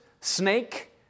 snake